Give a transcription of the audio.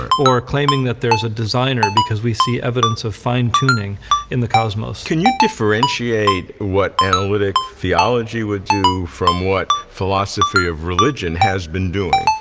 or or claiming that there's a designer because we see evidence of fine-tuning in the cosmos. can you differentiate what analytic theology would do from what philosophy of religion has been doing?